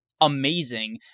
amazing